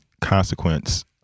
consequence